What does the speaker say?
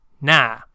nah